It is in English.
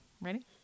Ready